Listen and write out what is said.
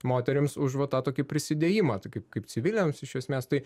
moterims už va tą tokį prisidėjimą tai kaip kaip civiliams iš esmės tai